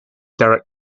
direct